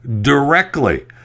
directly